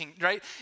right